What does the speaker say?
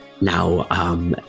Now